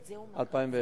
לא.